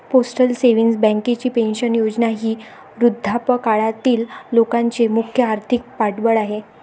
postal savings बँकेची pension योजना ही वृद्धापकाळातील लोकांचे मुख्य आर्थिक पाठबळ आहे